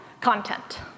content